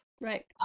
Right